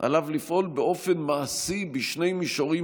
עליו לפעול באופן מעשי בשני מישורים